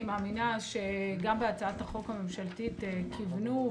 מאמינה שגם בהצעת החוק הממשלתית כיוונו,